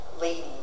lady